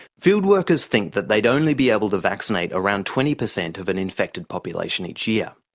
fieldworkers think that they'd only be able to vaccinate around twenty percent of an infected population each year.